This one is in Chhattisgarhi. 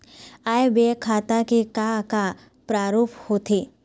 आय व्यय खाता के का का प्रारूप होथे?